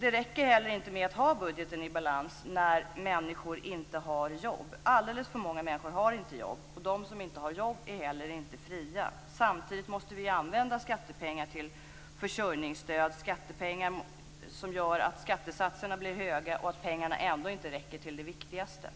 Det räcker heller inte att ha budgeten i balans när människor inte har jobb. Alldeles för många människor har inte jobb, och de som inte har jobb är heller inte fria. Samtidigt måste vi använda skattepengar till försörjningsstöd - skattepengar som gör att skattesatserna blir höga och att pengarna ändå inte räcker till det viktigaste.